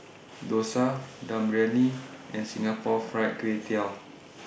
Dosa Dum Briyani and Singapore Fried Kway Tiao